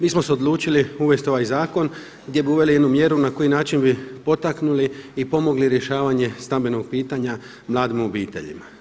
Mi smo se odlučili uvesti ovaj zakon gdje bi uveli jednu mjeru na koji način bi potaknuli i pomogli rješavanje stambenog pitanja mladim obiteljima.